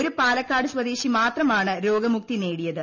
ഒരു പാലക്കാട് സ്വദേശീകൃഷ്തമാണ് രോഗമുക്തി നേടിയത്